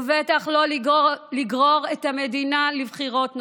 ובטח לא לגרור את המדינה לבחירות נוספות.